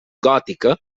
gòtica